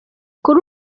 kuri